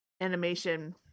animation